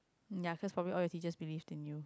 ya cause probably all the teacher believe in you